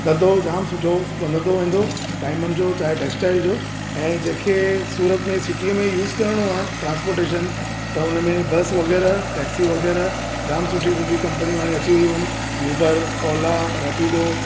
धंधो जाम सुठो वधंदो वेंदो डायमंड जो चाहे टैक्स्टाइल जो ऐं जंहिंखे सूरत में सिटीअ में यूज़ करणो आहे ट्रांसपोर्टेशन त हुन में बस वग़ैरह टैक्सी वग़ैरह जाम सुठियूं सुठियूं कंपनियूं हाणे अची वियूं आहिनि उबर ओला रैपिडो